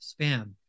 spam